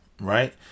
right